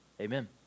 amen